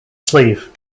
sleeve